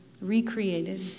recreated